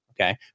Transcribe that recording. Okay